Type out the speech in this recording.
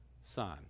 Son